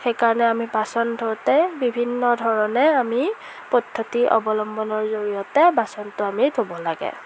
সেইকাৰণে আমি বাচন ধোওঁতে বিভিন্ন ধৰণে আমি পদ্ধতি অৱলম্বনৰ জৰিয়তে বাচনটো আমি ধোব লাগে